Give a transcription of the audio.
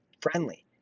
friendly